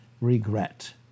regret